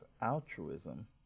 altruism